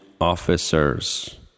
officers